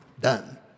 done